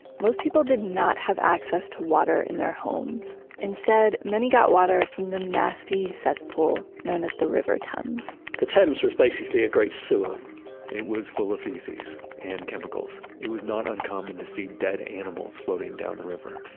most people did not have access to water in their homes. homes. instead, many got water from the nasty cesspool known as the river thames the thames was basically a great sewer it was full of feces and chemicals. it was not uncommon to see dead animals floating down the river.